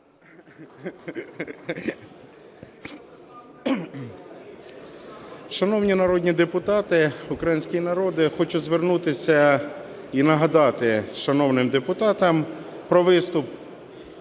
Шановні народні депутати, український народе! Хочу звернутися і нагадати шановним депутатам про виступ-звіт